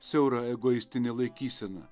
siaura egoistinė laikysena